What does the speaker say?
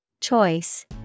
Choice